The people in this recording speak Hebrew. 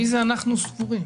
מי זה אנחנו סבורים?